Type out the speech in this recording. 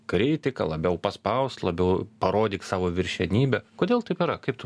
kritika labiau paspausk labiau parodyk savo viršenybę kodėl taip yra kaip tu